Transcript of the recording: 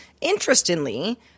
Interestingly